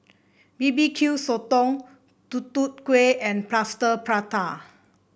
B B Q Sotong Tutu Kueh and Plaster Prata